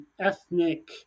ethnic